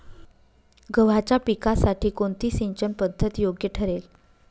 गव्हाच्या पिकासाठी कोणती सिंचन पद्धत योग्य ठरेल?